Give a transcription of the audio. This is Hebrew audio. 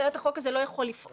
אחרת החוק הזה לא יכול לפעול.